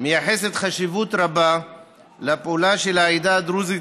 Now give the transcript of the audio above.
מייחס חשיבות רבה לפועלה של העדה הדרוזית